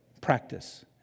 Practice